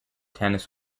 tennis